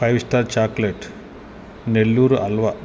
five star chocolate Nellore halwa